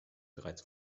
bereits